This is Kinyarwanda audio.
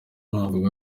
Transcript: navuga